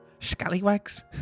Scallywags